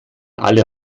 alle